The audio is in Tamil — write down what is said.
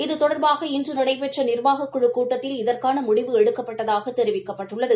இது தொடர்பாக இன்று நடைபெற்ற நிர்வாகக்குழுக் கூட்டத்தில் இதற்கான முடிவு எடுக்கப்பட்டதாக தெரிவிக்கப்பட்டுள்ளது